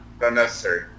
unnecessary